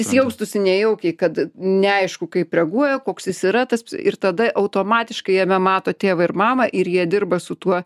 jis jaustųsi nejaukiai kad neaišku kaip reaguoja koks jis yra tas ir tada automatiškai jame mato tėvą ir mamą ir jie dirba su tuo